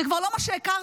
זה כבר לא מה שהכרת.